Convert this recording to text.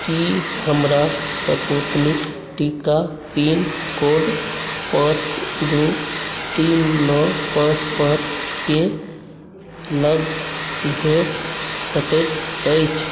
की हमरा स्पूतनिक टीका pin code पाॅंच दू तीन नओ पाॅंच पाॅंच के लग भेट सकैत अछि